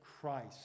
Christ